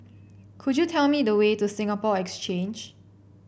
could you tell me the way to Singapore Exchange